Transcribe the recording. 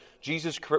Jesus